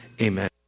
amen